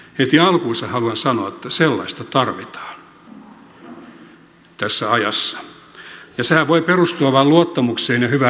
heti alkuunsa haluan sanoa että sellaista tarvitaan tässä ajassa ja sehän voi perustua vain luottamukseen ja hyvään yhteistyöhön